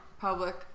public